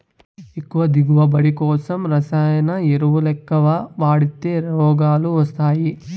ఎక్కువ దిగువబడి కోసం రసాయన ఎరువులెక్కవ వాడితే రోగాలు వస్తయ్యి